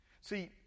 see